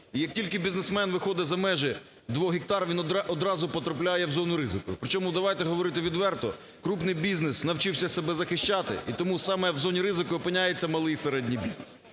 І як тільки бізнесмен виходить за межі 2 гектар, він одразу потрапляє в зону ризику. Причому, давайте говорити відверто, крупний бізнес навчився себе захищати, і тому саме в зоні ризику опиняється малий і середній бізнес.